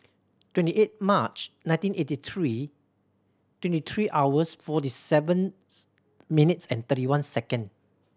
twenty eight March nineteen eighty three twenty three hours forty seventh minutes and thirty one second